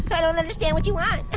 but i don't understand what you want.